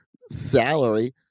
salary